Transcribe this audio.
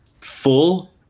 Full